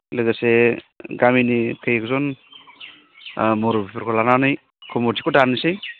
लोगोसे गामिनि कय एकजन मुरब्बिफोरखौ लानानै कमिटिखौ दानोसै